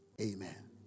Amen